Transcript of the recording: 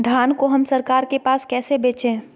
धान को हम सरकार के पास कैसे बेंचे?